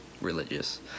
religious